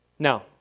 Now